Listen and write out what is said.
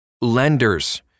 Lenders